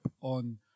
on